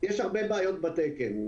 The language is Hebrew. יש הרבה בעיות בתקן,